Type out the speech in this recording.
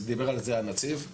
דיבר על זה הנציב.